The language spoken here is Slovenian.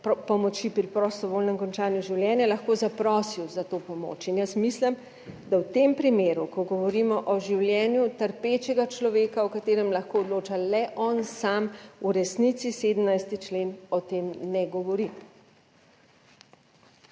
pri prostovoljnem končanju življenja lahko zaprosil za to pomoč. In jaz mislim, da v tem primeru, ko govorimo o življenju trpečega človeka, o katerem lahko odloča le on sam, v resnici 17. člen o tem ne govori.